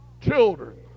Children